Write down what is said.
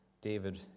David